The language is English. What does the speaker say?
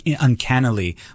Uncannily